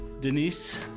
Denise